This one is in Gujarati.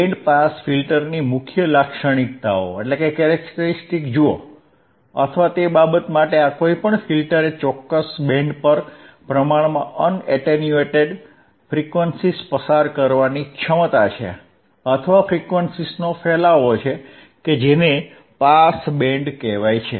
બેન્ડ પાસ ફિલ્ટરની મુખ્ય લાક્ષણિકતાઓ જુઓ અથવા તે બાબત માટે કોઈપણ ફિલ્ટર એ ચોક્કસ બેન્ડ પર પ્રમાણમાં અન એટેન્યુએટેડ ફ્રીક્વન્સીઝ પસાર કરવાની ક્ષમતા છે અથવા ફ્રીક્વન્સીઝનો ફેલાવો કે જેને પાસ બેન્ડ કહેવાય છે